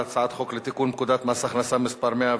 הצעת חוק לתיקון פקודת מס הכנסה (מס' 190)